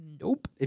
Nope